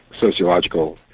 sociological